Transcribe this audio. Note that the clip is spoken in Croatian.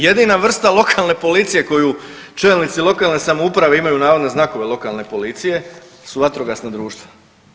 Jedina vrsta lokalne policije koju čelnici lokalne samouprave imaju navodne znakove lokalne policije su vatrogasna društva.